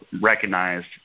recognized